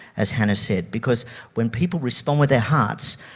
as hannah said, because when people respond with their hearts,